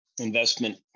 Investment